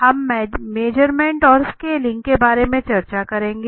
हम मेजरमेंट और स्केलिंग के बारे में चर्चा करेंगे